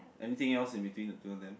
everything else in between the two of them